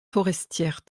forestière